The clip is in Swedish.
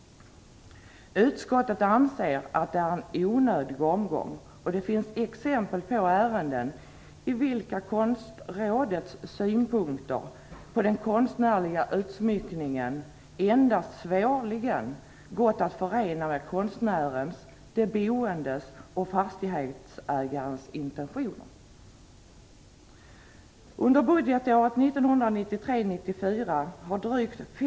Utskottet anser att det är en onödig omgång. Det finns exempel på ärenden i vilka Konstrådets synpunkter på den konstnärliga utsmyckningen endast svårligen har gått att förena med konstnärens, de boendes och fastighetsägarens intentioner.